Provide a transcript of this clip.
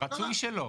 רצוי שלא.